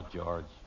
George